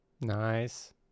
Nice